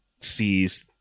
sees